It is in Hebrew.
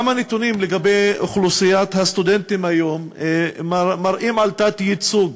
גם הנתונים לגבי אוכלוסיית הסטודנטים היום מראים תת-ייצוג